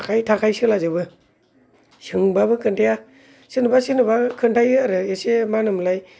आखाय थाखाय सोला जोबो सोंबाबो खोनथाया सोरनोबा सोरनोबा खोनथायो आरो एसे मा होनोमोनलाय